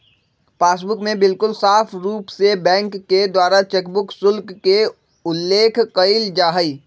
passbook में बिल्कुल साफ़ रूप से बैंक के द्वारा चेकबुक शुल्क के उल्लेख कइल जाहई